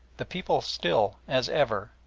the people still, as ever,